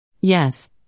Yes